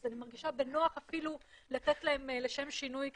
אז אני מרגישה בנוח אפילו לתת להן לשם שינוי קצת,